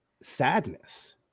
Sadness